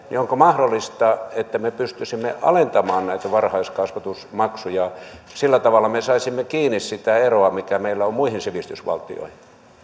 onko mahdollista että me pystyisimme alentamaan näitä varhaiskasvatusmaksuja sillä tavalla me saisimme kiinni sitä eroa mikä meillä on muihin sivistysvaltioihin